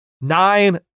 Nine